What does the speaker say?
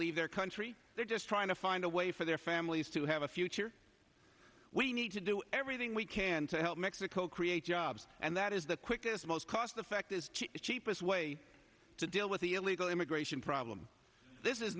leave their country they're just trying to find a way for their families to have a future we need to do everything we can to help mexico create jobs and that is the quickest most cost effective cheapest way to deal with the illegal immigration problem this is